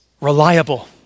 reliable